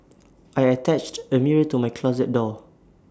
I attached A mirror to my closet door